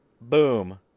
boom